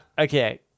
okay